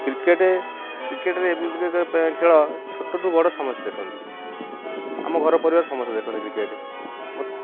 cricket କ୍ରିକେଟ୍ରେ ଖେଳ ଛୋଟଠାରୁ ବଡ଼ ସମସ୍ତେ ଦେଖନ୍ତି ଆମ ଘର ପରିବାର ସମସ୍ତେ ଦେଖନ୍ତି କ୍ରିକେଟ୍ ମତେ